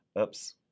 Oops